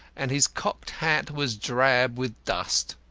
and his cocked hat was drab with dust.